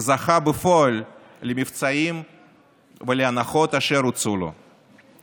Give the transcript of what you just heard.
וזכה בפועל למבצעים ולהנחות אשר הוצעו לו.